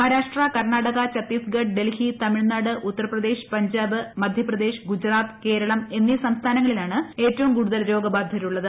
മഹാരാഷ്ട്ര കർണാടക ഛത്തീസ്ഗഡ് ഡൽഹി തമിഴ്നാട് ഉത്തർപ്രദേശ് പഞ്ചാബ് മധ്യപ്രദേശ് ഗുജറാത്ത് കേരളം എന്നീ സംസ്ഥാനങ്ങളിലാണ് ഏറ്റവും കൂടുതൽ രോഗബാധിതരുള്ളത്